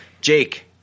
Jake